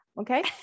Okay